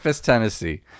Tennessee